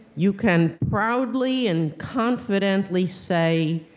you can proudly and confidently say,